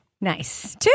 Nice